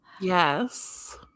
Yes